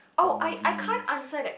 what movies